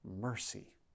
mercy